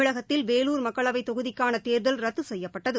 தமிழகத்தில் வேலூர் மக்களவைத் தொகுதிக்கான தேர்தல் ரத்து செய்யப்பட்டது